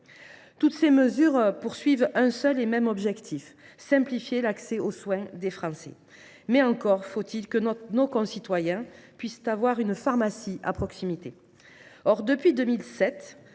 Toutes ces mesures ont un seul et même objectif : simplifier l’accès aux soins des Français. Mais encore faut il que nos concitoyens puissent avoir une pharmacie à proximité.